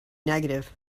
negative